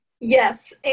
Yes